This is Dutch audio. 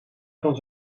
van